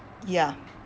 ya